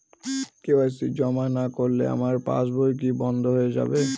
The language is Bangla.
কে.ওয়াই.সি জমা না করলে আমার পাসবই কি বন্ধ হয়ে যাবে?